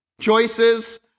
choices